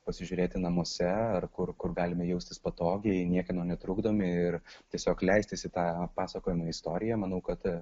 pasižiūrėti namuose ar kur kur galime jaustis patogiai niekieno netrukdomi ir tiesiog leistis į tą pasakojamą istoriją manau kad